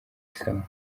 sawa